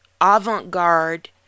avant-garde